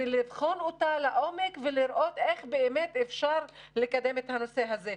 לבחון אותה לעומק ולראות איך אפשר לקדם את הנושא הזה.